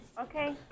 Okay